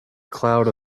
cloud